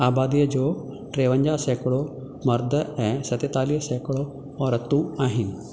आबादीअ जो टेवंजाह सैकड़ो मर्द ऐं सतेतालीह सैकड़ो औरतूं आहिनि